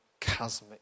chasmic